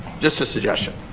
just a suggestion.